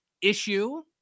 issue